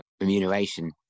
remuneration